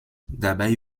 dabei